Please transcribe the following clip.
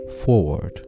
forward